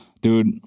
Dude